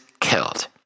killed